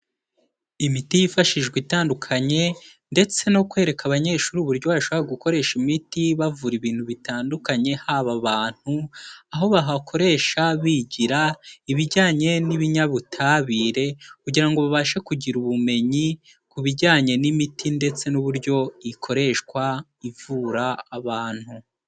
Imiti yifashishwa itandukanye ndetse no kwereka abanyeshuri uburyo bashaka gukoresha imiti bavura ibintu bitandukanye, haba abantu, aho bahakoresha bigira ibijyanye n'ibinyabutabire, kugira ngo babashe kugira ubumenyi ku bijyanye n'imiti ndetse n'uburyo ikoreshwa ivura abantu.